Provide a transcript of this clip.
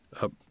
up